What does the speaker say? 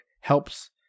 helps